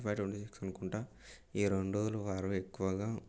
twenty five twenty six అనుకుంటా ఈ రెండు రోజులు వారు ఎక్కువగా